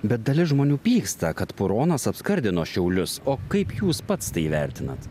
bet dalis žmonių pyksta kad puronas apskardino šiaulius o kaip jūs pats tai vertinat